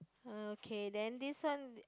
are you okay then this one